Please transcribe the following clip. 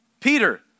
Peter